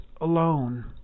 alone